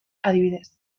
adibidez